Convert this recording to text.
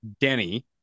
denny